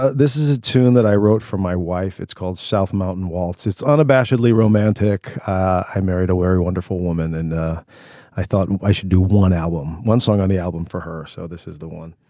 ah this is a tune that i wrote for my wife. it's called s mountain waltz. it's unabashedly romantic i married a very wonderful woman and i thought i should do one album one song on the album for her. so this is the one